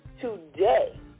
today